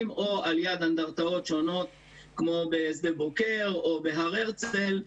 או על יד אנדרטאות שונות כמו בשדה בוקר או בהר הרצל.